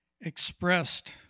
expressed